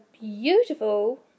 beautiful